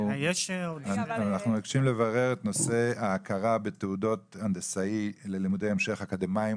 אנחנו מבקשים לברר את נושא ההכרה בתעודות הנדסאי ללימודי המשך אקדמיים,